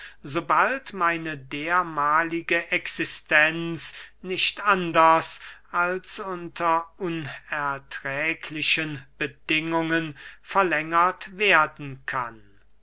sobald meine dermahlige existenz nicht anders als unter unerträglichen bedingungen verlängert werden kann